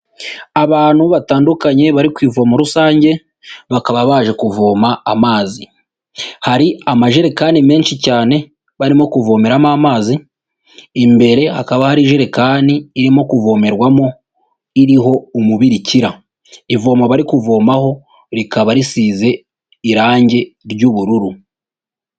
Abantu batandukanye bari ku ivomo rusange, bakaba baje kuvoma amazi, hari amajerekani menshi cyane barimo kuvomeramo amazi, imbere hakaba hari ijerekani irimo kuvomerwamo amazi iriho umubirikira, ivomo bari kuvomaho rikaba risize irangi ry'ubururu.